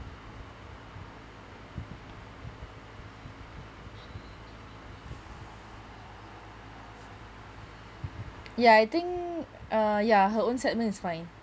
ya I think uh ya her own set meal is fine